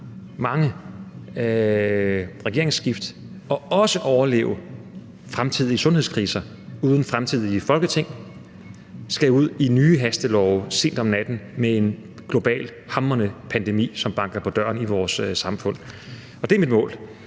mange regeringsskift og også overleve fremtidige sundhedskriser, uden at fremtidige Folketing skal ud i nye hastelove sent om natten med en global, hamrende pandemi, som banker på døren i vores samfund. Og det er mit mål.